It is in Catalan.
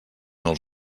els